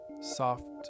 soft